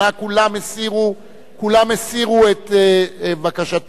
כולם הסירו את בקשתם